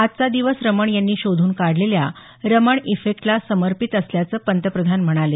आजचा दिवस रमण यांनी शोधून काढलेल्या रमण इफेक्टला समर्पित असल्याचं पंतप्रधान म्हणाले